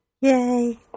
Yay